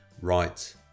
right